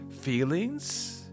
Feelings